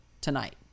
tonight